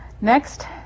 Next